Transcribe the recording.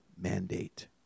mandate